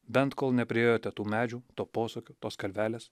bent kol nepriėjote tų medžių to posūkio tos kalvelės